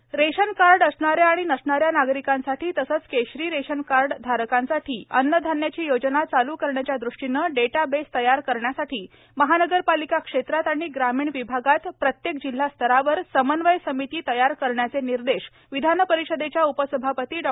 Neelam Gorhe ration card असणाऱ्या आणि नसणाऱ्या नागरिकांसाठी तसच केशरी रेशन कार्ड धारकांसाठी अन्न धान्याची योजना चालू करण्याच्या दृष्टीनं डेटा बेस तयार करण्यासाठी महानगरपालिका क्षेत्रात आणि ग्रामीण विभागात प्रत्येक जिल्हास्तरावर समन्वय समिती तयार करण्याचे निर्देश विधानपरिषदेच्या उपसभापती डॉ